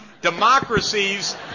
Democracies